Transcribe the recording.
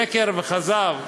שקר וכזב.